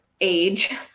age